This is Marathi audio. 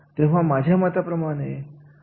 हे अतिशय महत्त्वाचे असते